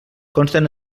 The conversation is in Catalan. consten